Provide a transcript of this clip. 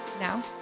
Now